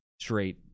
straight